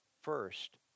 first